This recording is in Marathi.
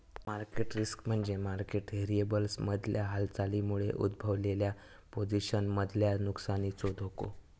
मार्केट रिस्क म्हणजे मार्केट व्हेरिएबल्समधल्या हालचालींमुळे उद्भवलेल्या पोझिशन्समधल्या नुकसानीचो धोको